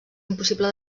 impossible